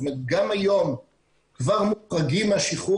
זאת אומרת גם היום כבר מוחרגים מהשחרור